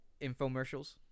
infomercials